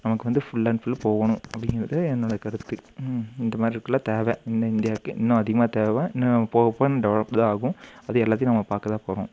நமக்கு வந்து full and full போகணும் அப்படிங்கிறது என்னோடய கருத்து இந்த மாதிரிக்குலாம் தேவை இன்னும் இந்தியாவுக்கு இன்னும் அதிகமாக தேவை இன்னும் போகப்போக இன்னும் டெவெலப் தான் ஆகும் அதை எல்லாத்தையும் நம்ம பார்க்க தான் போகிறோம்